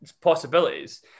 possibilities